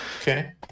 Okay